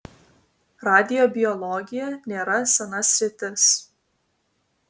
radiobiologija nėra sena sritis